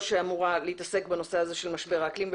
שאמורה להתעסק בנושא הזה של משבר האקלים,